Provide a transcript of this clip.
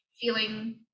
feeling